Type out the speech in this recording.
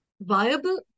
viable